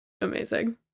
amazing